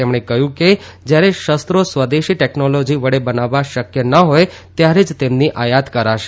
તેમણે કહ્યું કે જયારે શકો સ્વદેશી ટેકનોલોજી વડે બનાવવા શક્ય ન હોય ત્યારે જ તેમની આયાત કરાશે